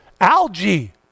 algae